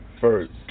first